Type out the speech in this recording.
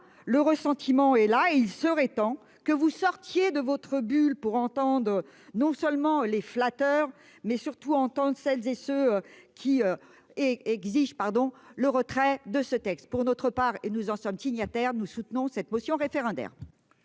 le ressentiment et là il serait temps que vous sortiez de votre bulle pour entendre non seulement les flatteur, mais surtout en temps de celles et ceux qui. Et exige pardon le retrait de ce texte. Pour notre part et nous en sommes signataires, nous soutenons cette motion référendaire.